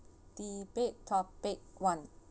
debate topic one